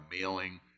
mailing